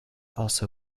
also